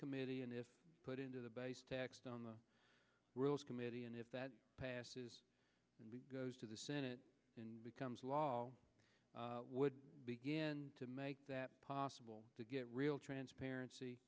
committee and is put into the base text on the rules committee and if that passes and goes to the senate and becomes law begin to make that possible to get real transparency